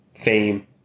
fame